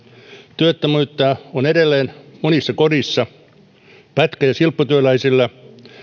työttömyyttä on edelleen monessa kodissa ja pätkä ja silpputyöläisillä